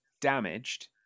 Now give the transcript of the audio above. damaged